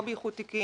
לא באיחוד תיקים,